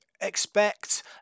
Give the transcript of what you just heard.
expect